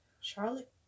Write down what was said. Charlotte